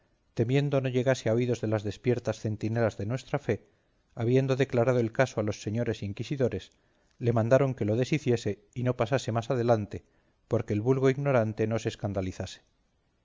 temiendo no llegase a los oídos de las despiertas centinelas de nuestra fe habiendo declarado el caso a los señores inquisidores le mandaron que lo deshiciese y no pasase más adelante porque el vulgo ignorante no se escandalizase